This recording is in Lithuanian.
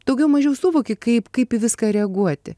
daugiau mažiau suvoki kaip kaip į viską reaguoti